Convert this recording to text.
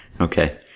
okay